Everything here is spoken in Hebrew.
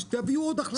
תביאו עוד החלטת ממשלה.